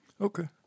Okay